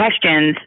questions